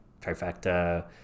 trifecta